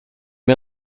mir